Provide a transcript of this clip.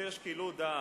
יותר שיקול דעת.